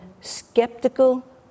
skeptical